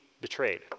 betrayed